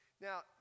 Now